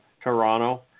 Toronto